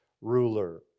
ruler